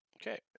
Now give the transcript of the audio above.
Okay